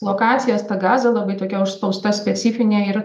lokacijas ta gaza labai tokia užspausta specifinė ir